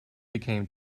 became